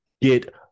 get